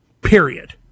period